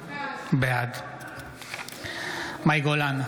בעד מאי גולן,